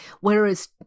Whereas